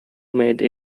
made